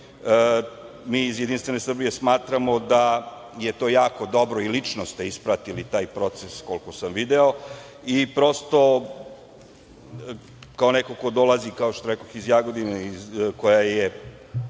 Mi iz Jedinstvene Srbije smatramo da je to jako dobro i lično ste ispratili taj proces, koliko sam video, i prosto, kao neko ko dolazi, kao što rekoh, iz Jagodine koja je